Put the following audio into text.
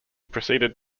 proceeded